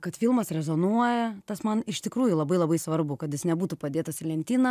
kad filmas rezonuoja tas man iš tikrųjų labai labai svarbu kad jis nebūtų padėtas į lentyną